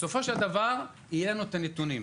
בסופו של דבר יהיה לנו את הנתונים,